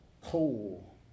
coal